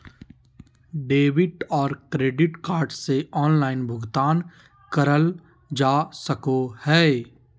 debit और credit card से online भुगतान करल जा सको हय